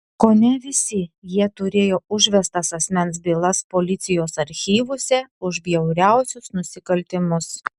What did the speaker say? kone visi jie turėjo užvestas asmens bylas policijos archyvuose už bjauriausius nusikaltimus